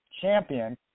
champion